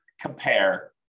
compare